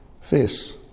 face